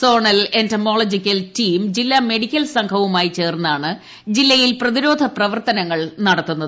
zonal entomological team ജില്ലാ medical സംഘവുമായി ചേർന്നാണ് ജില്ലയിൽ പ്രതിരോധ പ്രവർത്തനങ്ങൾ നടത്തുന്നത്